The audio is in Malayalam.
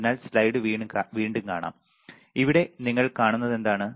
അതിനാൽ സ്ലൈഡ് വീണ്ടും കാണാം ഇവിടെ നിങ്ങൾ കാണുന്നതെന്താണ്